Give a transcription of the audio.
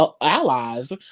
Allies